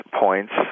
points